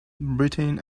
britain